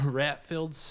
rat-filled